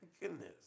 Goodness